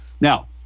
now